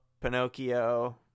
Pinocchio